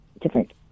different